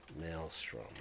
maelstrom